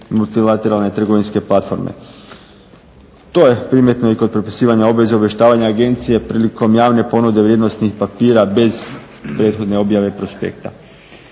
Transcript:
motivatora one trgovinske platforme. To je primjetno i kod propisivanja obveze obavještavanja agencije prilikom javne ponude vrijednosnih papira bez prethodne objave prospekta.